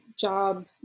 job